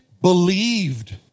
believed